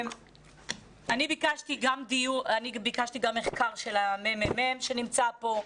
אני ביקשתי גם מחקר של מרכז המחקר והמידע שנמצא פה,